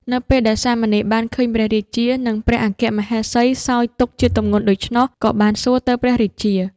នៅពេលដែលសាមណេរបានឃើញព្រះរាជា និងព្រះអគ្គមហេសីសោយទុក្ខជាទម្ងន់ដូច្នោះ ក៏បានសួរទៅព្រះរាជា។